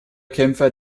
kämpfer